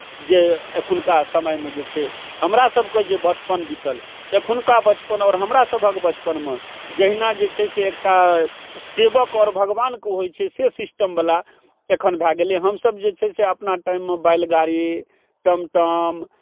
जे एखुनका समयमे जे छै हमरासभके जे बचपन बीतल एखुनका बचपन आओर हमरासभक बचपनमे जहिना जे छै से एकटा सेवक आओर भगवानके होइ छै से सिस्टमवला एखन भए गेलै हमसभ जे छै से अपना टाइममे बैलगाड़ी टमटम